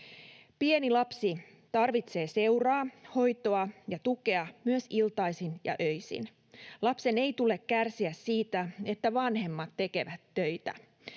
Pieni lapsi tarvitsee seuraa, hoitoa ja tukea myös iltaisin ja öisin. Lapsen ei tule kärsiä siitä, että vanhemmat tekevät töitä.